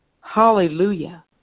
Hallelujah